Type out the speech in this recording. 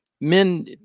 Men